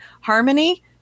Harmony